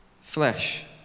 flesh